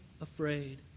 afraid